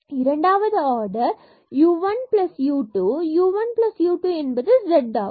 தற்போது இரண்டாவது order u 1 u 2 u 1 u 2 இது z ஆகும்